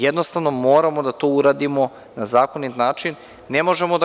Jednostavno, moramo to da uradimo na zakoniti način.